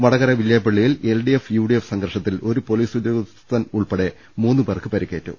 വടകര വില്ല്യാപ്പള്ളിയിൽ L D F U D F സംഘർഷത്തിൽ ഒരു പൊലീസ് ഉദ്യേഗസ്ഥനുൾപ്പെടെ മൂന്നുപേർക്ക് പരിക്കേറ്റു